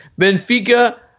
Benfica